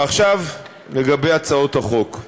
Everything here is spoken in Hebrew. ועכשיו לגבי הצעות החוק.